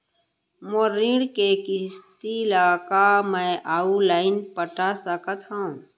मोर ऋण के किसती ला का मैं अऊ लाइन पटा सकत हव?